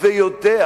ויודע